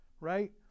right